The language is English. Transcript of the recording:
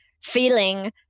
feeling